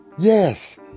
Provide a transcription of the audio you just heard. yes